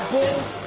Bulls